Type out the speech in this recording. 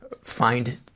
find